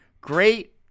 Great